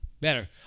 Better